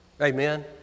Amen